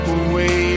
away